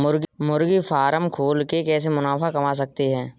मुर्गी फार्म खोल के कैसे मुनाफा कमा सकते हैं?